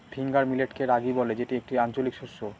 finger মিলেটকে রাগি বলে যেটি একটি আঞ্চলিক শস্য